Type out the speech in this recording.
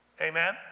Amen